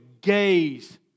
gaze